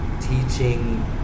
teaching